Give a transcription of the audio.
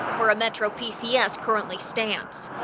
where a metro p c s currently stands.